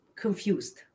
confused